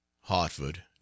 Hartford